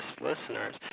listeners